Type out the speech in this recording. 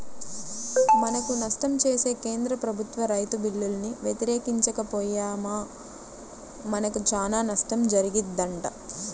మనకు నష్టం చేసే కేంద్ర ప్రభుత్వ రైతు బిల్లుల్ని వ్యతిరేకించక పొయ్యామా మనకు చానా నష్టం జరిగిద్దంట